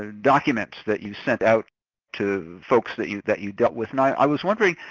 documents that you sent out to folks that you that you dealt with, and i was wondering,